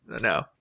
No